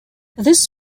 this